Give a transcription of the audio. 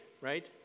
right